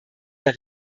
der